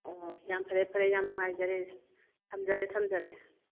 ꯑꯣ ꯌꯥꯝ ꯐꯔꯦ ꯐꯔꯦ ꯌꯥꯝ ꯅꯨꯉꯥꯏꯖꯔꯦ ꯊꯝꯖꯔꯦ ꯊꯝꯖꯔꯦ